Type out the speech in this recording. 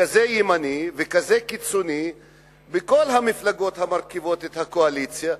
וכזה ימני וכזה קיצוני מכל המפלגות המרכיבות את הקואליציה,